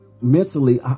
mentally